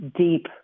deep